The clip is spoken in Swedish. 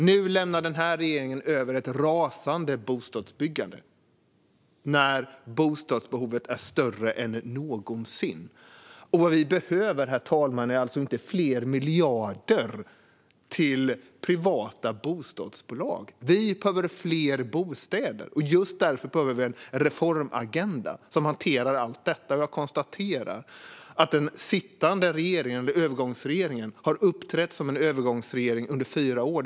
Nu, när bostadsbehovet är större än någonsin, lämnar den här regeringen över ett rasande bostadsbyggande. Det vi behöver är inte fler miljarder till privata bostadsbolag, herr talman. Vi behöver fler bostäder. Just därför behöver vi en reformagenda som hanterar allt detta. Jag konstaterar att övergångsregeringen har uppträtt just som en övergångsregering under fyra år.